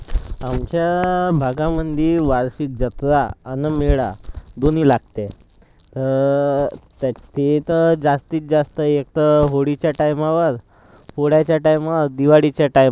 आमच्या भागामध्ये वार्षिक जत्रा आणि मेळा दोन्ही लागते तर त्या तिथं जास्तीस जास्त एक तर होळीच्या टायमावर पोळ्याच्या टायमावर दिवाळीच्या टायमावर